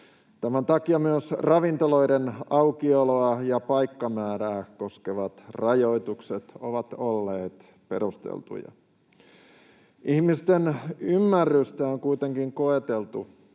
Tämän takia myös ravintoloiden aukioloa ja paikkamäärää koskevat rajoitukset ovat olleet perusteltuja. Ihmisten ymmärrystä on kuitenkin koeteltu,